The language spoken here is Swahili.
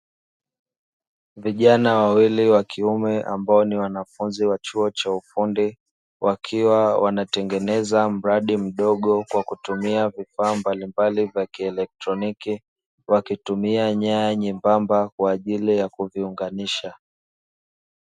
Vijana wawili wa kiume ambao ni wanafunzi wa chuo cha ufundi, wakiwa wanatengeneza mradi mdogo kwa kutumia vifaa mbalimbali vya kielektroniki, wakitumia nyaya nyembamba kwa ajili ya kuviunganisha.